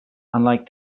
unlike